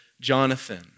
Jonathan